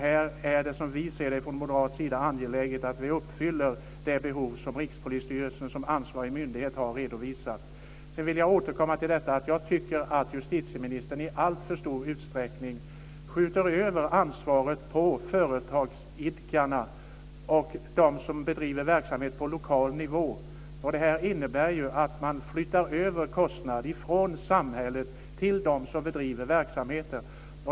Här är det, som vi ser det från moderat sida, angeläget att vi uppfyller det behov som Rikspolisstyrelsen som ansvarig myndighet har redovisat. Sedan vill jag återkomma till att jag tycker att justitieministern i alltför stor utsträckning skjuter över ansvaret på företagsidkarna och dem som bedriver verksamhet på lokal nivå. Det här innebär att man flyttar över kostnader från samhället till dem som bedriver verksamhet.